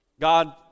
God